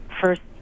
first